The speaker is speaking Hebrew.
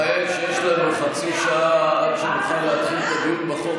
הבעיה היא שיש לנו חצי שעה עד שנוכל להתחיל את הדיון בחוק,